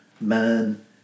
man